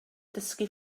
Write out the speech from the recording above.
dysgu